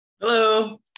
Hello